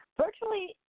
Virtually